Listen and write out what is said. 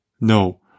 No